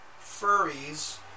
Furries